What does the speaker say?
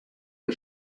der